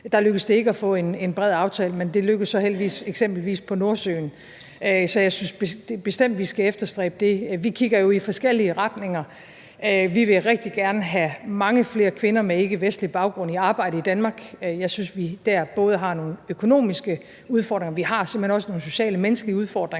Der lykkedes det ikke at få en bred aftale, men det lykkedes så heldigvis eksempelvis med Nordsøen. Så jeg synes bestemt, vi skal efterstræbe det. Vi kigger jo i forskellige retninger. Vi vil rigtig gerne have mange flere kvinder med ikkevestlig baggrund i arbejde i Danmark. Jeg synes, vi dér både har nogle økonomiske udfordringer, men vi har simpelt hen også nogle sociale, menneskelige udfordringer,